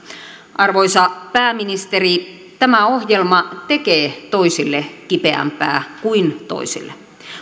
arvoisa pääministeri tämä ohjelma tekee toisille kipeämpää kuin toisille